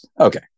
okay